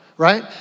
Right